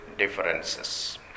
differences